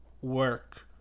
work